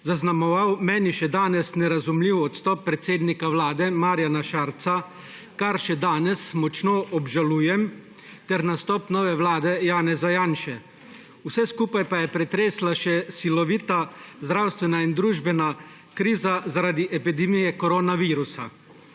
zaznamoval meni še danes nerazumljiv odstop predsednika Vlade Marjana Šarca, kar še danes močno obžalujem ter nastop nove Vlade Janeza Janše. Vse skupaj pa je pretresla še silovita zdravstvena in družbena kriza, zaradi epidemije koronavirusa.